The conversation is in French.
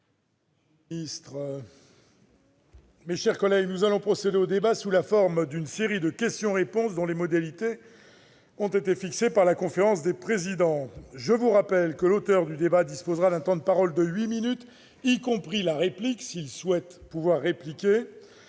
Les Républicains. Nous allons procéder au débat sous la forme d'une série de questions-réponses dont les modalités ont été fixées par la conférence des présidents. Je rappelle que l'auteur du débat disposera d'un temps de parole de huit minutes, y compris la réplique, puis le Gouvernement